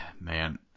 man